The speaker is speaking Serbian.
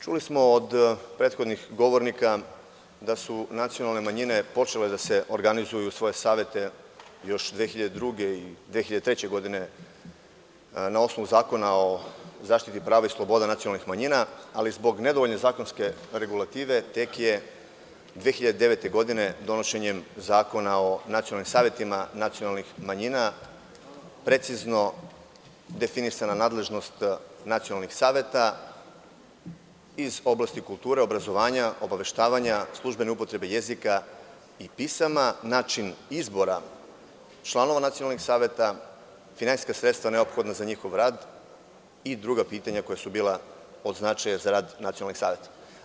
Čuli smo od prethodnih govornika da su nacionalne manjine počele da se organizuju još 2002. i 2003. godine, na osnovu Zakona o zaštiti prava i sloboda nacionalnih manjina, ali zbog nedovoljne zakonske regulative, tek je 2009. godine donošenjem Zakona o nacionalnim savetima nacionalnih manjina precizno definisana nadležnost nacionalnih saveta iz oblasti kulture, obrazovanja, obaveštavanja, službene upotrebe jezika i pisama, način izbora članova nacionalnih saveta, finansijska sredstva neophodna za njihov rad i druga pitanja koja su bila od značaja za rad nacionalnih saveta.